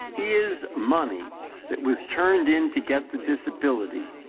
is money that was turned in to get the disability,